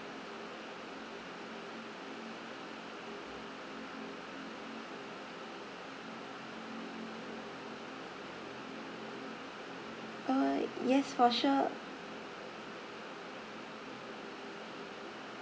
alright yes for sure